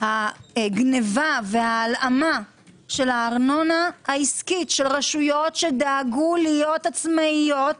הגניבה וההלאמה של הארנונה העסקית של רשויות שדאגו להיות עצמאיות,